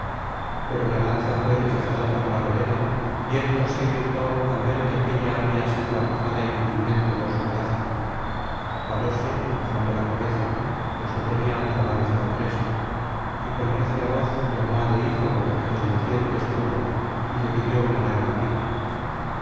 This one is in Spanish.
pero la lanza fué rechazada por la rodela y héctor se irritó al ver que aquélla había sido arrojada inútilmente por su brazo paróse bajando la cabeza pues no tenía otra lanza de fresno y con recia voz llamó á deífobo el de luciente escudo y le pidió una larga pica